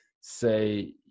say